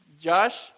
Josh